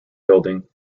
building